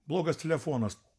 blogas telefonas